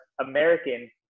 American